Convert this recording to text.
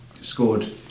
scored